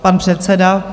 Pan předseda.